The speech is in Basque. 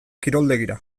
kiroldegira